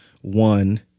one